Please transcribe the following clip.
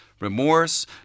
Remorse